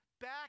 back